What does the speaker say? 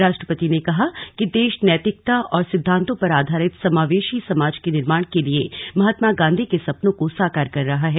राष्ट्रपति ने कहा कि देश नैतिकता और सिद्धांतों पर आधारित समावेशी समाज के निर्माण के लिए महात्मा गांधी के सपनों को साकार कर रहा है